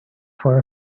for